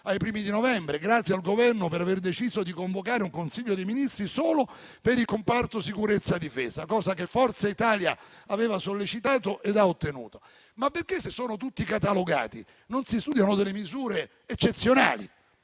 ai primi di novembre. Grazie al Governo per aver deciso di convocare un Consiglio dei ministri solo per il comparto sicurezza e difesa, cosa che Forza Italia aveva sollecitato e ha ottenuto. Ma perché, se sono tutti catalogati, non si studiano delle misure eccezionali?